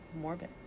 morbid